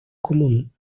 común